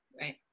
right